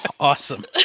Awesome